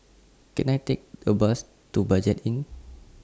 Can I Take A Bus to Budget Inn